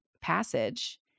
passage